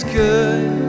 good